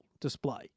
display